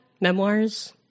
Memoirs